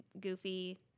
goofy